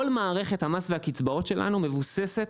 כל מערכת המס והקצבאות שלנו מבוססת,